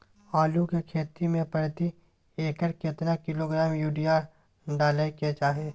आलू के खेती में प्रति एकर केतना किलोग्राम यूरिया डालय के चाही?